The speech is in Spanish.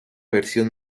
versión